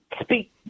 speak